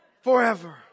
forever